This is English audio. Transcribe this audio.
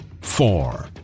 four